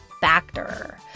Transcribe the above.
Factor